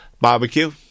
Barbecue